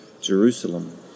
Jerusalem